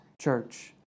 church